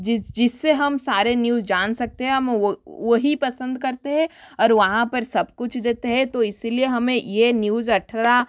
जिस जिससे हम सारे न्यूज जान सकते है हम वो वो ही पसंद करते है अर वहाँ पर सब कुछ देते है तो इसीलिए हमें ये न्यूज अठारह